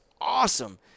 awesome